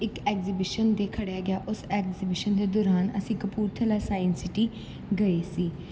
ਇੱਕ ਐਗਜੀਬਿਸ਼ਨ 'ਤੇ ਖੜਿਆ ਗਿਆ ਉਸ ਐਗਜੀਬਿਸ਼ਨ ਦੇ ਦੌਰਾਨ ਅਸੀਂ ਕਪੂਰਥਲਾ ਸਾਇੰਸ ਸਿਟੀ ਗਏ ਸੀ